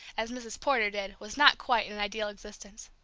as mrs. porter did, was not quite an ideal existence.